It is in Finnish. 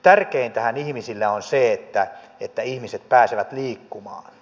tärkeintähän ihmisille on se että ihmiset pääsevät liikkumaan